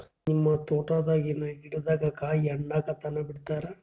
ನಿಮ್ಮ ತೋಟದಾಗಿನ್ ಗಿಡದಾಗ ಕಾಯಿ ಹಣ್ಣಾಗ ತನಾ ಬಿಡತೀರ?